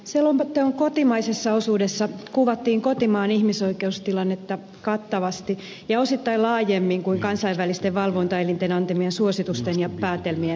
selonteon kotimaisessa osuudessa kuvattiin kotimaan ihmisoikeustilannetta kattavasti ja osittain laajemmin kuin kansainvälisten valvontaelinten antamien suositusten ja päätelmien pohjalta